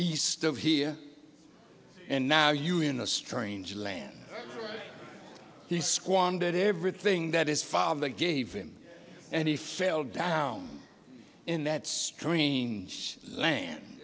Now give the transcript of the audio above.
east of here and now you're in a strange land he squandered everything that his father gave him and he failed down in that strange land